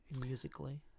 musically